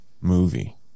movie